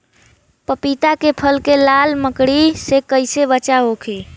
पपीता के फल के लाल मकड़ी से कइसे बचाव होखि?